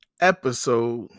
episode